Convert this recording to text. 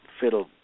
fiddle